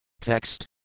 Text